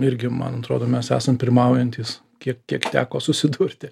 irgi man atrodo mes esam pirmaujantys kiek kiek teko susidurti